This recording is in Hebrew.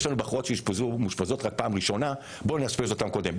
יש לנו בחורות שמאושפזות פעם ראשונה בואו נאשפז אותן קודם,